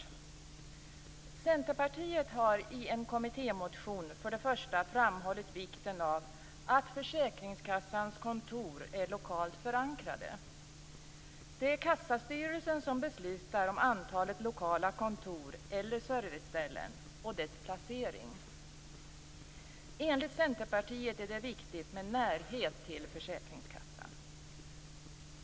För det första har Centerpartiet i en kommittémotion framhållit vikten av att försäkringskassans kontor är lokalt förankrade. Det är kassastyrelsen som beslutar om antalet lokala kontor eller serviceställen och deras placering. Enligt Centerpartiet är det viktigt med närhet till försäkringskassan.